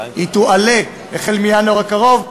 היא תועלה החל בינואר הקרוב,